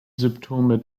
symptome